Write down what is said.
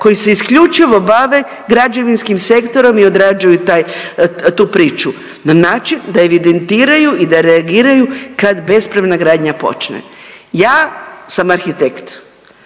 koji se isključivo bave građevinskim sektorom i odrađuju tu priču na način da evidentiraju i da reagiraju kad bespravna gradnja počne. Ja sam arhitekt,